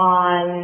on